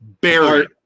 buried